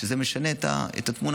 וזה משנה את התמונה.